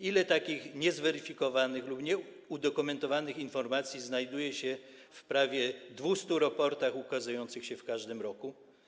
Ile takich niezweryfikowanych lub nieudokumentowanych informacji znajduje się w prawie 200 raportach ukazujących się w każdym roku?